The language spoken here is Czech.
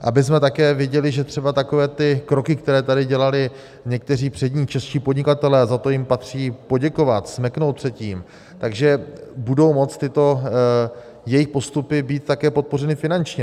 Abychom také věděli, že třeba takové ty kroky, které tady dělali někteří přední čeští podnikatelé a za to jim patří poděkovat, smeknout před tím že budou moci tyto jejich postupy být také podpořeny finančně.